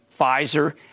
Pfizer